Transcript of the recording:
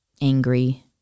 angry